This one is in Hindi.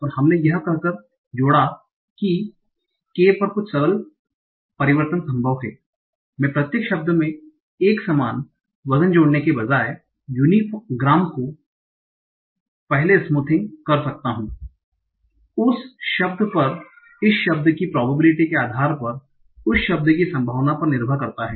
और हमने यह कहकर जोड़ा कि K पर कुछ सरल परिवर्तन संभव हैं मैं प्रत्येक शब्द में एक समान वजन जोड़ने के बजाय यूनीग्राम को पहले स्मूथिंग कर सकता हूं उस शब्द पर इस शब्द की प्रोबाबलिटी के आधार पर उस शब्द की संभावना पर निर्भर करता है